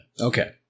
Okay